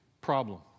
problem